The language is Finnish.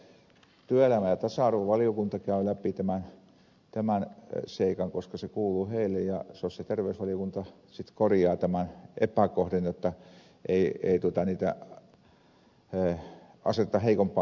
sen takia odotan jotta työelämä ja tasa arvovaliokunta käy läpi tämän seikan koska se kuuluu sille ja sosiaali ja terveysvaliokunta sitten korjaa tämän epäkohdan jotta ei näitä ihmisiä aseteta heikompaan asemaan